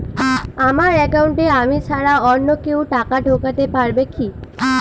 আমার একাউন্টে আমি ছাড়া অন্য কেউ টাকা ঢোকাতে পারবে কি?